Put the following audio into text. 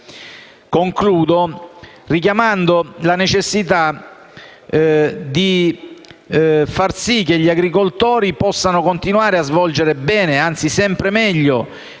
Concludo richiamando la necessità di far sì che gli agricoltori possano continuare a svolgere bene, anzi sempre meglio,